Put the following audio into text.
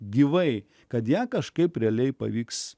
gyvai kad ją kažkaip realiai pavyks